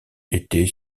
était